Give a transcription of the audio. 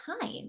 time